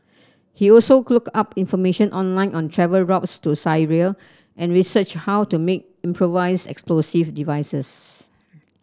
he also looked up information online on travel routes to Syria and researched how to make improvised explosive devices